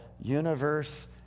universe